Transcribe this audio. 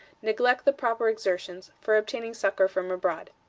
neglect the proper exertions for obtaining succor from abroad.